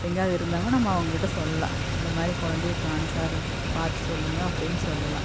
எங்கேயாவுது இருந்தாங்கன்னா நம்ம அவங்ககிட்ட சொல்லாம் இந்தமாதிரி குழந்தைய காணும் சார் பார்த்து சொல்லுங்கள் அப்படின்னு சொல்லலாம்